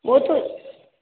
वो तो